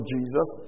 Jesus